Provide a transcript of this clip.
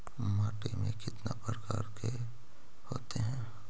माटी में कितना प्रकार के होते हैं?